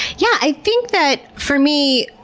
yeah i think that for me,